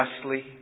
justly